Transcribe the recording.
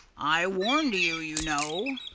i warned you, you know.